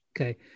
Okay